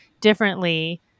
differently